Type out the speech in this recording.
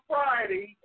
Friday